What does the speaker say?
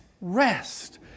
rest